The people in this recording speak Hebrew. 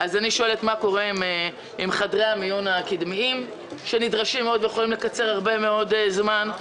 אני שואלת מה קורה עם חדרי המיון הקדמיים שיכולים לקצר הרבה מאד זמן,